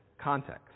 context